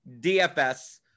DFS